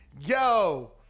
Yo